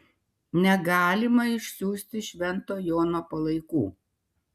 negalima išsiųsti švento jono palaikų